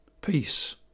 peace